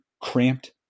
cramped